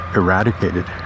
eradicated